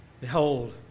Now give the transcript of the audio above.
Behold